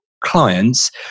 clients